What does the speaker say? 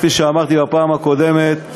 כפי שאמרתי בפעם הקודמת,